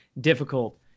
difficult